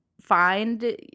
find